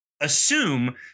assume